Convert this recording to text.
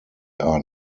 are